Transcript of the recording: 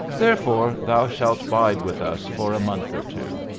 therefore thou shalt bide with us for a month or two.